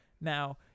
Now